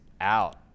Out